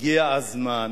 הגיע הזמן